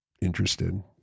interested